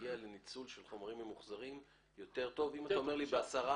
להגיע לניצול יותר טוב של חומרים ממוחזרים.